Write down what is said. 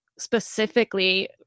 specifically